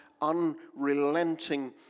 unrelenting